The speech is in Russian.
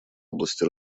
области